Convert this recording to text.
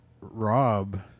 Rob